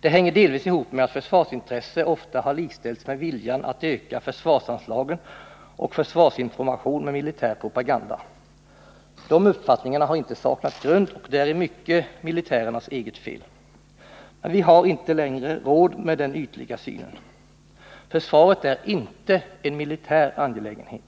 Den hänger delvis ihop med att försvarsintresset ofta har likställts med viljan att öka försvarsanslagen och försvarsinformationen genom militär propaganda. De uppfattningarna har inte saknat grund, och det är till stor del militärernas eget fel. Vi har inte längre råd att se så ytligt på denna fråga. Försvaret är inte en militär angelägenhet!